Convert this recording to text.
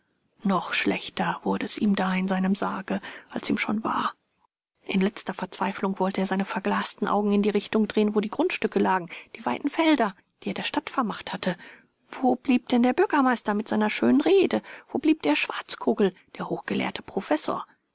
noch schlechter wurde es ihm da in seinem sarge als ihm schon war in letzter verzweiflung wollte er seine verglasten augen in die richtung drehen wo die grundstücke lagen die weiten felder die er der stadt vermacht hatte wo blieb denn der bürgermeister mit seiner schönen rede wo blieb der schwartzkogel der hochgelehrte professor